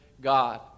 God